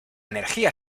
energía